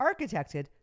architected